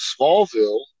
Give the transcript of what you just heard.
Smallville